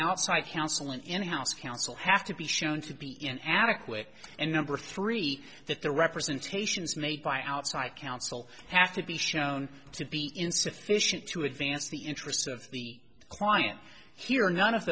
outside counsel and in house counsel have to be shown to be an adequate and number three that the representations made by outside counsel have to be shown to be insufficient to advance the interests of the client here none of